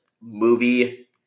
movie